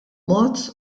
mod